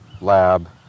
lab